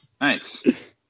Nice